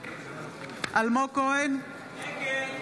אלמוג כהן, נגד